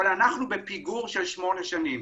אבל אנחנו בפיגור של שמונה שנים.